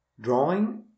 drawing